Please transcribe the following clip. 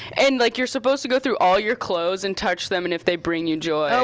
and like you're supposed to go through all your clothes and touch them and if they bring you joy,